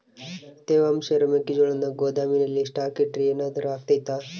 ತೇವಾಂಶ ಇರೋ ಮೆಕ್ಕೆಜೋಳನ ಗೋದಾಮಿನಲ್ಲಿ ಸ್ಟಾಕ್ ಇಟ್ರೆ ಏನಾದರೂ ಅಗ್ತೈತ?